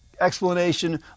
explanation